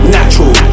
Natural